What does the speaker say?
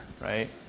right